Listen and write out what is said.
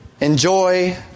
enjoy